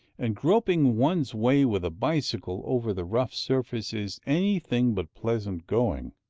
and groping one's way with a bicycle over the rough surface is anything but pleasant going.